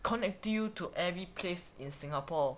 connect you to every place in singapore